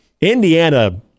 Indiana